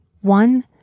One